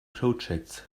projects